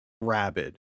rabid